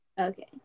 Okay